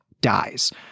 dies